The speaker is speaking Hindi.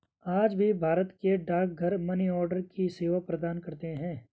आज भी भारत के डाकघर मनीआर्डर की सेवा प्रदान करते है